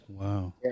Wow